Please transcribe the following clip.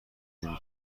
نمی